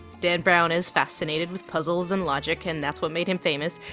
dan brown is fascinated with puzzles and logic and that's what made him famous,